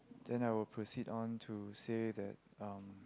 then I will proceed on to say that um